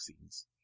scenes